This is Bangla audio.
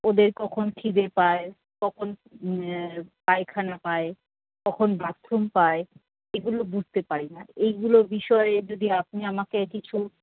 ওদের কখন খিদে পায় কখন পায়খানা পায় কখন বাথরুম পায় এগুলো বুঝতে পারি না এগুলোর বিষয়ে যদি আপনি আমাকে কিছু